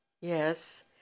Yes